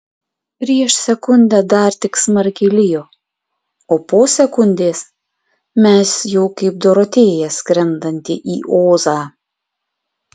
prieš sekundę dar tik smarkiai lijo o po sekundės mes jau kaip dorotėja skrendanti į ozą